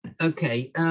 Okay